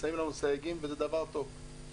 ב-2014 החלטתי לרכוש הכשר אחר בהכשר בית דין בני-ברק,